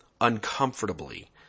uncomfortably